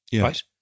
right